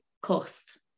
cost